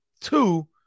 Two